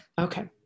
Okay